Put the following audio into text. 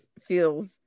feels